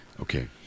Okay